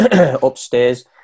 upstairs